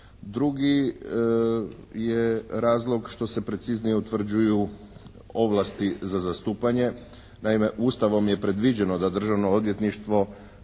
Drugi je razlog što se preciznije utvrđuju ovlasti za zastupanje. Naime, Ustavom je predviđeno da je državno odvjetništvo